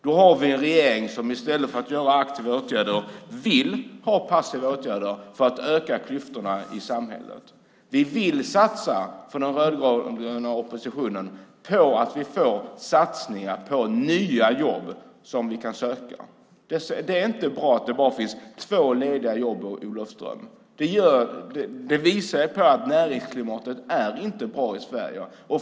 Då har vi en regering som i stället för aktiva åtgärder vill ha passiva åtgärder för att öka klyftorna i samhället. Vi vill från den rödgröna oppositionen satsa på nya jobb som man kan söka. Det är inte bra att det finns bara två lediga jobb i Olofström. Det visar på att näringsklimatet inte är bra i Sverige.